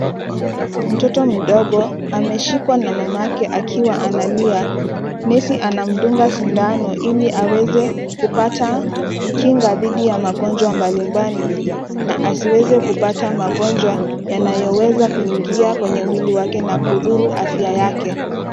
Mtoto mdogo, ameshikwa na mamake akiwa analia. Nesi anamdunga sindano ili aweze kupata kinga dhidi ya magonjwa mbalimbali, na asiweze kupata magonjwa yanayoweza kuingia kwenye mwili wake na kudhuru afya yake.